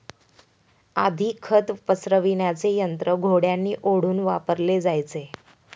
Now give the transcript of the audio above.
आधी खत पसरविण्याचे यंत्र घोड्यांनी ओढून वापरले जायचे